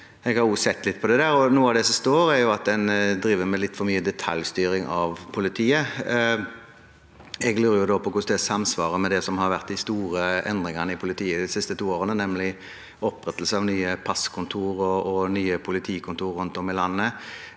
Jeg har sett litt på dette, og noe av det som står, er at man har litt for mye detaljstyring av politiet. Jeg lurer på hvordan det samsvarer med de store endringene i politiet de siste to årene, nemlig opprettelse av nye passkontorer og nye politikontorer rundt om i landet